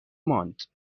ماند